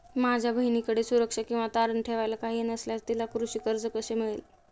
माझ्या बहिणीकडे सुरक्षा किंवा तारण ठेवायला काही नसल्यास तिला कृषी कर्ज कसे मिळेल?